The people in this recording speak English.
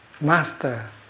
master